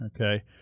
Okay